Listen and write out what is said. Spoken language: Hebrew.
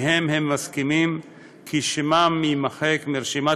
שלפיהם הם מסכימים כי שמם יימחק מרשימת